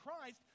Christ